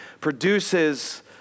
produces